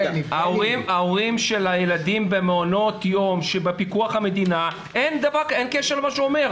ההורים של הילדים במעונות יום שבפיקוח המדינה אין קשר למה שהוא אומר.